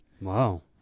Wow